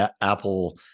Apple